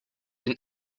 been